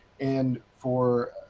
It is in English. and for,